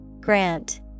grant